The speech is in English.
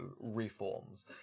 reforms